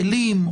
כלים,